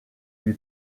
lui